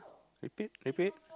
repeat repeat